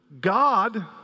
God